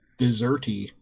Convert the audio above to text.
deserty